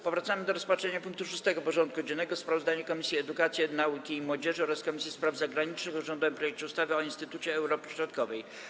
Powracamy do rozpatrzenia punktu 6. porządku dziennego: Sprawozdanie Komisji Edukacji, Nauki i Młodzieży oraz Komisji Spraw Zagranicznych o rządowym projekcie ustawy o Instytucie Europy Środkowej.